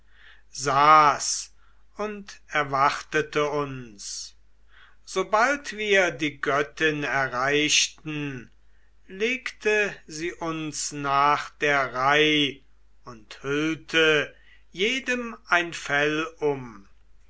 saß und erwartete uns sobald wir die göttin erreichten legte sie uns nach der reih und hüllte jedem ein fell um